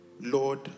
Lord